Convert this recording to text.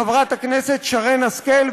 חברת הכנסת שרן השכל,